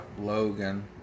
Logan